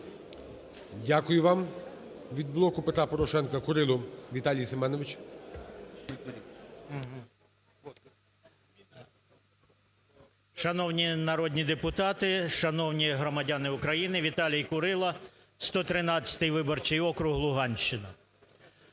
Дякую вам. Від "Блоку Петра Порошенка" Курило Віталій Семенович.